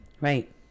Right